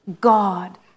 God